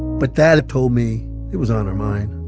but that had told me it was on her mind